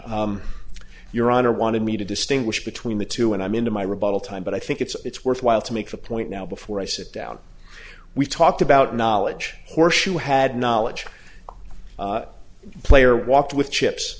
your honor wanted me to distinguish between the two and i'm into my rebuttal time but i think it's worthwhile to make the point now before i sit down we talked about knowledge or shoe had knowledge player walked with chips